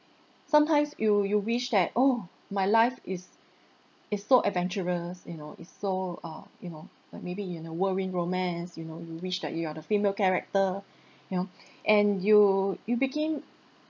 sometimes you you wish that oh my life is is so adventurous you know it's so uh you know maybe in a whirlwind romance you know you wish that you are the female character you know and you you became